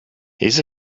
his